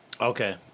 Okay